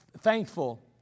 thankful